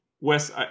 Wes